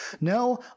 No